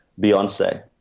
beyonce